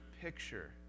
picture